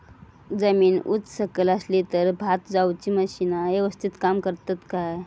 जमीन उच सकल असली तर भात लाऊची मशीना यवस्तीत काम करतत काय?